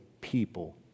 people